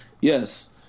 Yes